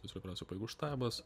specialiųjų operacijų pajėgų štabas